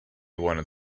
wanted